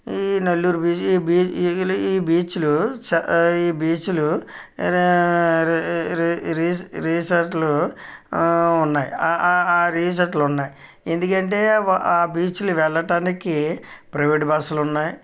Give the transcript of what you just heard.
ఈ నెల్లూరు బీచ్ ఈ ఈ బీచ్లు ఈ బీచ్లు రిసార్టులు ఉన్నాయి రి రిసార్టులు ఉన్నాయి ఎందుకంటే బీచ్లు వెళ్ళడానికి ప్రైవేట్ బస్సులు ఉన్నాయి